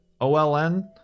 OLN